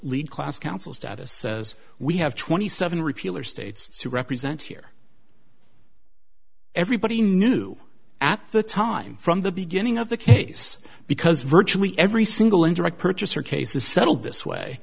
lead class counsel status as we have twenty seven repeal are states who represent here everybody knew at the time from the beginning of the case because virtually every single indirect purchaser case is settled this way